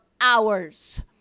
hours